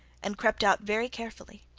and crept out very carefully.